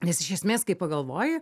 nes iš esmės kai pagalvoji